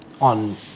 on